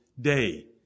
Day